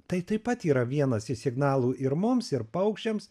tai taip pat yra vienas iš signalų ir mums ir paukščiams